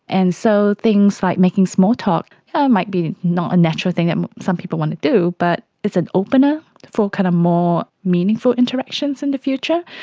and so things like making small talk might be not a natural thing that some people want to do but it's an opener for kind of more meaningful interactions in the future.